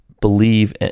believe